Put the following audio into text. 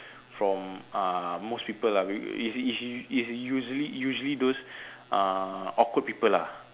from uh most people lah it's it's it's usually usually those uh awkward people lah